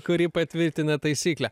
kuri patvirtina taisyklę